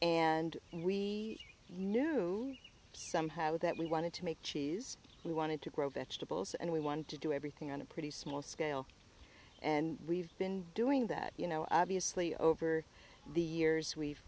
and we knew somehow that we wanted to make cheese we wanted to grow vegetables and we wanted to do everything on a pretty small scale and we've been doing that you know obviously over the years we've